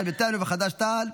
ישראל ביתנו וחד"ש-תע"ל.